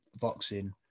boxing